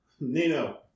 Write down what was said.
Nino